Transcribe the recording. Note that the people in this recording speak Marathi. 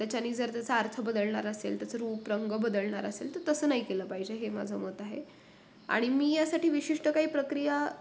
त्याच्याने जर त्याचा अर्थ बदलणार असेल त्याचं रूप रंग बदलणार असेल तर तसं नाही केलं पाहिजे हे माझं मत आहे आणि मी यासाठी विशिष्ट काही प्रक्रिया